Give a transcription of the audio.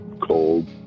cold